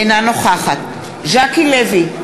אינה נוכחת ז'קי לוי,